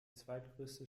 zweitgrößte